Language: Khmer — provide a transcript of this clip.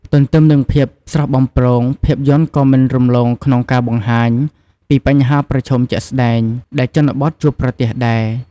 ទន្ទឹមនឹងភាពស្រស់បំព្រង ភាពយន្តក៏មិនរំលងក្នុងការបង្ហាញពី បញ្ហាប្រឈមជាក់ស្តែង ដែលជនបទជួបប្រទះដែរ។